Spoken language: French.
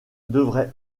devrait